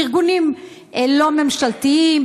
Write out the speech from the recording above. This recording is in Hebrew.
בארגונים לא ממשלתיים,